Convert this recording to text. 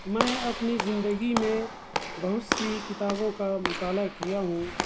میں اپنی زندگی میں بہت سی کتابوں کا مطالعہ کیا ہوں